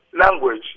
language